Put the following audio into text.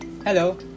Hello